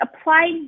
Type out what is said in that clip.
applied